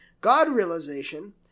God-realization